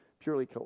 Purely